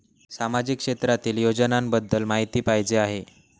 सामाजिक क्षेत्रातील योजनाबद्दल माहिती पाहिजे आहे?